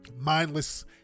mindless